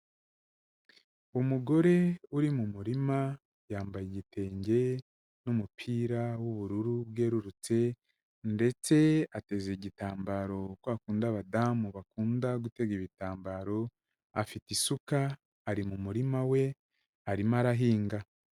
Umugore uri mu murima, yambaye igitenge n'umupira w'ubururu bwerurutse, ndetse ateze igitambaro kwa kundi abadamu bakunda gutega ibitambaro, afite isuka, ari mu murima we, arimo arahinga.